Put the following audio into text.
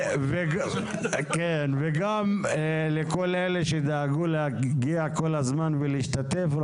וכן לכל אלה שדאגו להגיע לכל הדיונים ולהשתתף בהם.